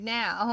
now